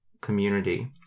community